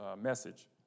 message